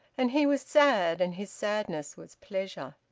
and he was sad, and his sadness was pleasure.